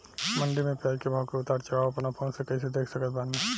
मंडी मे प्याज के भाव के उतार चढ़ाव अपना फोन से कइसे देख सकत बानी?